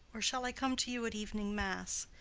or shall i come to you at evening mass?